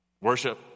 worship